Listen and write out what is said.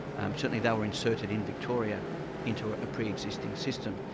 um certainly they were inserted in victoria into a pre-existing system.